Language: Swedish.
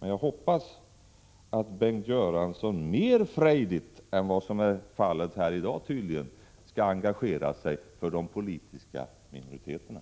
Jag hoppas att Bengt Göransson på ett mer frejdigt sätt än vad som har framkommit i dag skall engagera sig för de politiska minoriteterna.